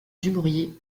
dumouriez